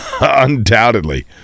undoubtedly